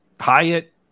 Hyatt